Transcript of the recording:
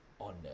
on